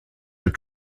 were